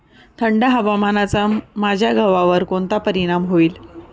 थंड हवामानाचा माझ्या गव्हावर कोणता परिणाम होईल?